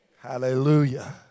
hallelujah